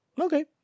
Okay